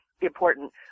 important